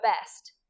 best